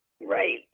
Right